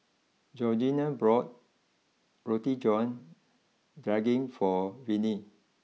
Georgeanna bought Roti John Daging for Vinie